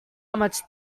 what